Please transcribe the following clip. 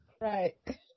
Right